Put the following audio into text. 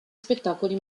spettacoli